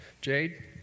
Jade